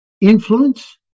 influence